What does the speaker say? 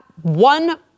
One